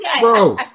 Bro